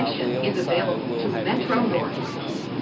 ah we also will have different emphasis.